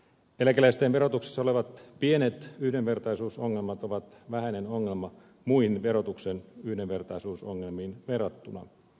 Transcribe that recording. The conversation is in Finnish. eläkeläisten verotuksessa olevat pienet yhdenvertaisuusongelmat ovat vähäinen ongelma muihin verotuksen yhdenvertaisuusongelmiin verrattuna